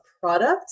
product